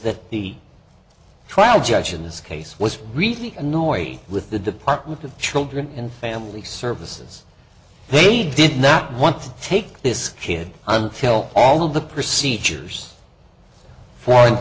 that the trial judge in this case was really annoyed with the department of children and family services they did not want to take this kid until all of the procedures for